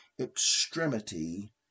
extremity